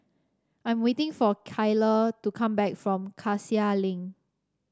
I'm waiting for Kyler to come back from Cassia Link